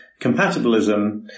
compatibilism